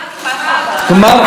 גמר חתימה טובה,